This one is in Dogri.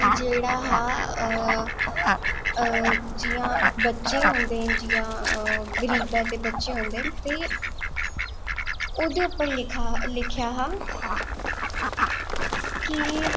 जेह्ड़ा हा जियां बच्चे होंदे न जां गरीबां दे बच्चे होंदे न ओह्दे पर लिखेआ हा कि